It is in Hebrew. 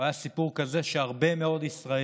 זה היה סיפור כזה שהרבה מאוד ישראלים